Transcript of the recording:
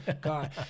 God